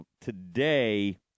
today